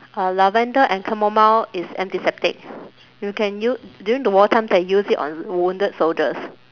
uh lavender and chamomile is antiseptic you can u~ during the wartime they use it on wounded soldiers